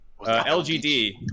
LGD